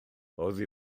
oddi